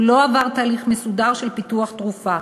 הוא לא עבר תהליך מסודר של פיתוח תרופה,